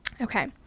Okay